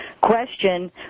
question